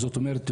זאת אומרת,